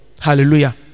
Hallelujah